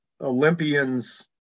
olympians